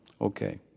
Okay